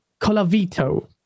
Colavito